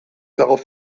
darauf